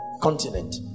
continent